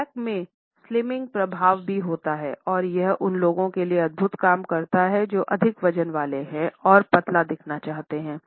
black में slimming प्रभाव भी है और यह उन लोगों के लिए अद्भुत काम करता है जो अधिक वजन वाले हैं और पतला दिखना चाहते है